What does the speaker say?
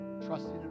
trusting